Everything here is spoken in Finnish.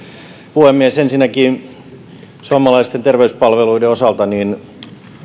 puhemies ensinnäkin suomalaisten terveyspalveluiden osalta